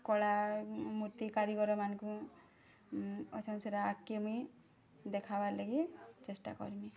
କଳା ମୂର୍ତ୍ତି କାରିଗରମାନଙ୍କୁ ଆଗ୍କେ ମୁଇଁ ଦେଖାବାର୍ ଲାଗି ଚେଷ୍ଟା କରିମିଁ